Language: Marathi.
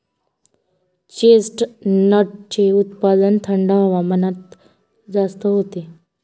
चेस्टनटचे उत्पादन थंड हवामानात जास्त होते